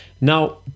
Now